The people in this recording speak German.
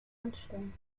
anstellen